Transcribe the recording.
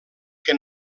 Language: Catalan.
que